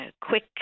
quick